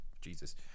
Jesus